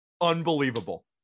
Unbelievable